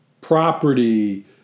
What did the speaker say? property